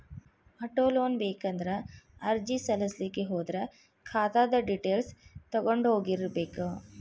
auto loan ಬೇಕಂದ್ರ ಅರ್ಜಿ ಸಲ್ಲಸ್ಲಿಕ್ಕೆ ಹೋದ್ರ ಖಾತಾದ್ದ್ ಡಿಟೈಲ್ಸ್ ತಗೊಂಢೊಗಿರ್ಬೇಕ್